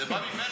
זה בא ממנו.